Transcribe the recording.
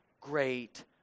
great